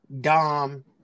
Dom